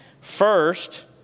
First